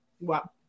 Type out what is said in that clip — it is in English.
Wow